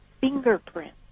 fingerprints